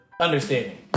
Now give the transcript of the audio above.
Understanding